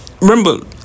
Remember